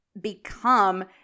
become